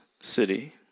city